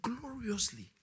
gloriously